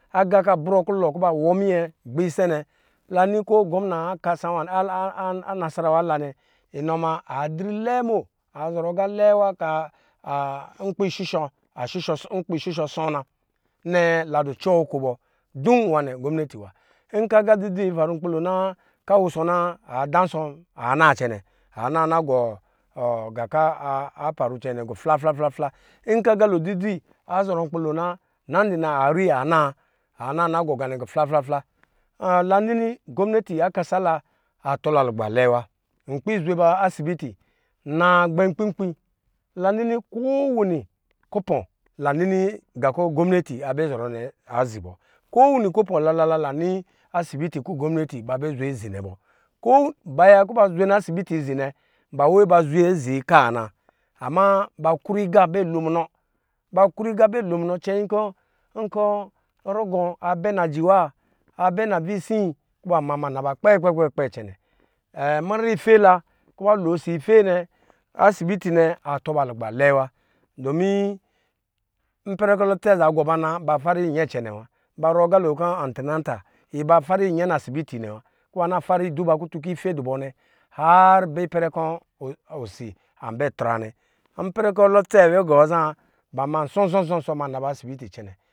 Agá ka brɔ kɔ̄ ba wɔ minyɛ gbiisɛ nɛ la ni ko gɔmna akasa nasamne la nɛ in ma adrilɛɛ mo, azɔrɔ agá lɛɛ wa ku nkpi shishɔ̄ hɔ̄ɔ̄ na nɛɛ la cɔɔ nko bɔ, du wa ne gɔmnati wa, nka agá dzi dzi laro nkpilo naa ka wusɔ naa adá nsɔɔ na cɛnɛ a na nagɔ ga ka a faro cɛ nɛ gufla fla fla nkɔ̄ a galo dzi dzi azɔrɔ nkpilo na ara ana nagɔ ganɛ gufla fla fla la nini gɔmna oi akasa la atɔla lugba lɛɛ wa nkpiizwe ba asibiti na gbɛ nkpi nkpi la ni koo wini kupɔ̄ɔ̄ la nini ga kɔ̄ gɔmnati abɛ zɔrɔ nɛ azibɔ ko wini kupɔ̄ɔ̄ la na la la ni asibiti kɔ̄ gɔmnati a zuc nɛ a zibɔ, baya kɔ̄ ba zwe asibiti zinɛ ba wee ba zwe zi kua na ama ba krɔɔ iga bɛ lo munɔ, ba kru ga bɛ lo munɔ cɛyin kɔ̄ nkɔ̄ rugɔ̄ a bɛ na ji wa a ba navisi kɔ̄ ba ma ma na ba kpɛkpɛ cɛnɛ mun fɛ la kuba losife nɛ asibiti nɛ atɔ ba lugba lɛɛ wa domi ipirɛ kɔ̄ lutsɛ za gɔba na ba fara iyɛ cɛnɛ wa ba rɔɔ gala kɔ̄ antira ta iba fariyɛ nasibiti nɛ wa kɔ̄ ba duba nasibiti nɛ wa, ipɛrɛ kɔ̄ lutsɛ gɔ ba bo so so so kɔ̄ ba ma na ba nasibiti cɛnɛ.